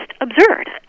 absurd